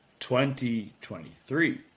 2023